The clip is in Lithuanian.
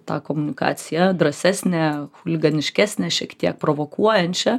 tą komunikaciją drąsesnę chuliganiškesnę šiek tiek provokuojančią